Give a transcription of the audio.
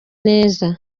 neza